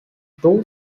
two